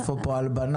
איפה פה ההלבנה?